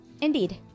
Indeed